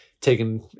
taken